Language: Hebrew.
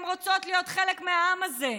הן רוצות להיות חלק מהעם הזה.